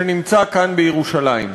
שנמצא כאן בירושלים.